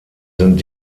sind